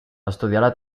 estudià